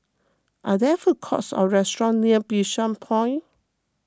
are there food courts or restaurants near Bishan Point